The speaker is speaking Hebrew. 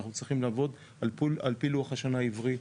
אנחנו צריכים לעבוד על פי לוח השנה העברי.